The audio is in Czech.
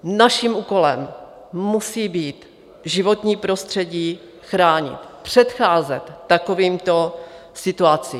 Naším úkolem musí být životní prostředí chránit, předcházet takovýmto situacím.